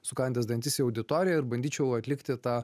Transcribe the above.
sukandęs dantis į auditoriją ir bandyčiau atlikti tą